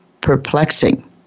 perplexing